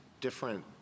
different